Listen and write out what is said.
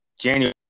January